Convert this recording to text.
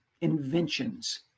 inventions